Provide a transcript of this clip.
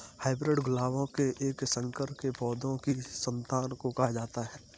hybrid गुलाबों के एक संकर के पौधों की संतान को कहा जाता है